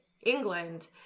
England